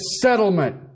settlement